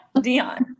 Dion